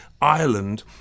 Ireland